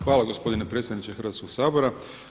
Hvala gospodine predsjedniče Hrvatskoga sabora.